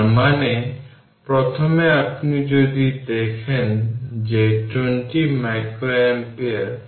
সুতরাং তাদের equivalent 40 20 60 microfarad